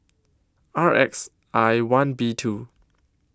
R X I one B two